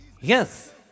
Yes